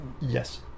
Yes